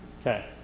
Okay